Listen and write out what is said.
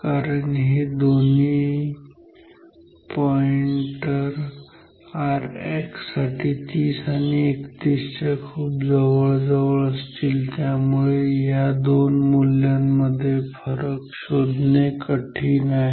कारण हे दोन्ही पॉईंटर Rx साठी 30 आणि 31 साठी खूप खूप जवळ असतील त्यामुळे या दोन मूल्यांमध्ये फरक शोधणे कठीण आहे